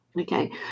okay